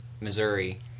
Missouri